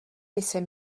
jsem